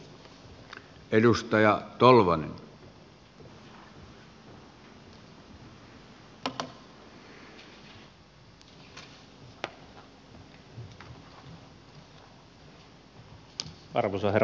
arvoisa herra puhemies